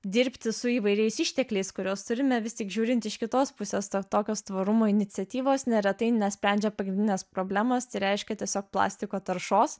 dirbti su įvairiais ištekliais kuriuos turime vis tik žiūrint iš kitos pusės tokios tvarumo iniciatyvos neretai nesprendžia pagrindinės problemos tai reiškia tiesiog plastiko taršos